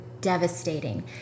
devastating